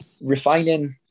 refining